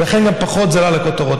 ולכן גם זה פחות עלה לכותרות.